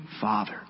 Father